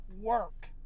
work